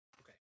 Okay